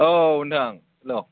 औ नोंथां हेल'